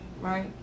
right